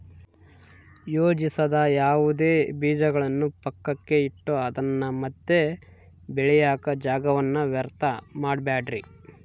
ಯೋಜಿಸದ ಯಾವುದೇ ಬೀಜಗಳನ್ನು ಪಕ್ಕಕ್ಕೆ ಇಟ್ಟು ಅದನ್ನ ಮತ್ತೆ ಬೆಳೆಯಾಕ ಜಾಗವನ್ನ ವ್ಯರ್ಥ ಮಾಡಬ್ಯಾಡ್ರಿ